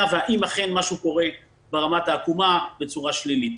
והאם אכן משהו קורה ברמת העקומה בצורה שלילית.